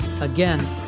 Again